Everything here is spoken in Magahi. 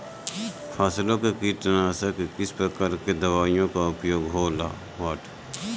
फसलों के कीटनाशक के किस प्रकार के दवाइयों का उपयोग हो ला?